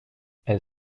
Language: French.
elle